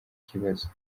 kibazo